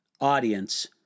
audience